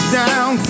down